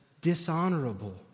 dishonorable